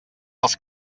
els